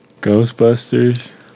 Ghostbusters